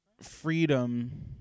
freedom